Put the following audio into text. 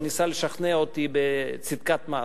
כשעוד ניסה לשכנע אותי בצדקת מעשיו?